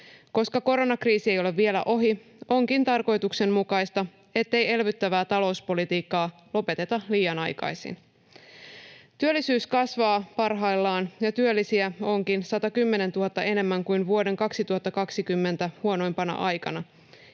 Koska koronakriisi ei ole vielä ohi, onkin tarkoituksenmukaista, ettei elvyttävää talouspolitiikkaa lopeteta liian aikaisin. Työllisyys kasvaa parhaillaan, ja työllisiä onkin 110 000 enemmän kuin vuoden 2020 huonoimpana aikana,